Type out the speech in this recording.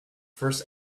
first